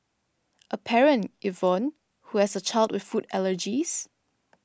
a parent Yvonne who has a child with food allergies